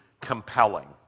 compelling